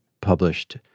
published